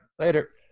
later